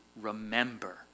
remember